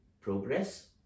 progress